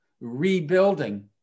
rebuilding